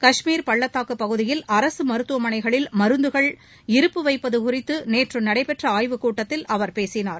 காஷ்மீர் பள்ளத்தாக்கு பகுதியில் அரசு மருத்துவமனைகளில் மருந்துகள் இருப்பு வைப்பது குறித்து நேற்று நடைபெற்ற ஆய்வுக்கூட்டத்தில் அவர் பேசினார்